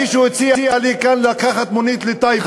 מישהו הציע לי כאן לקחת מונית לטייבה,